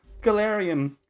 Galarian